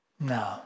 No